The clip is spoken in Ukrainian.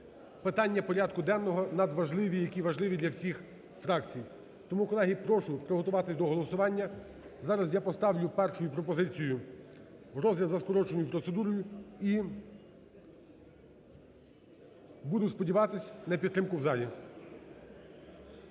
питання порядку денного, надважливі, які важливі для всіх фракцій. Тому, колеги, прошу приготуватись до голосування, зараз я поставлю першою пропозицію розгляд за скороченою процедурою і буду сподіватись на підтримку в залі.